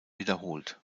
wiederholt